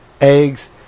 eggs